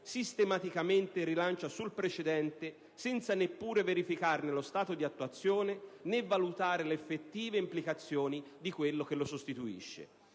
sistematicamente rilancia sul precedente senza neppure verificarne lo stato di attuazione, né valutare le effettive implicazioni di quello che lo sostituisce.